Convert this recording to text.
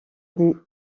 des